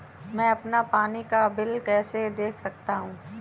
मैं अपना पानी का बिल कैसे देख सकता हूँ?